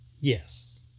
Yes